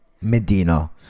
Medina